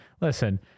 Listen